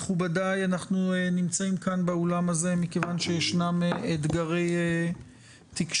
מכובדיי, אנחנו באולם הזה מכיוון שיש אתגרי תקשורת